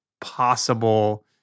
possible